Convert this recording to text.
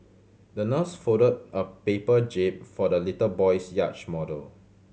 the nurse folded a paper jib for the little boy's yacht model